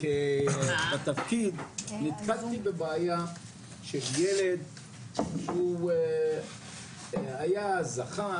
בראשית תפקידי בבעיה של ילד שהיה זכר